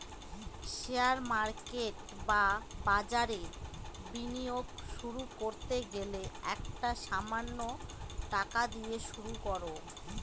share market বা বাজারে বিনিয়োগ শুরু করতে গেলে একটা সামান্য টাকা দিয়ে শুরু করো